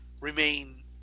remain